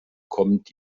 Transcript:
kommt